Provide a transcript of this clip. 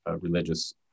religious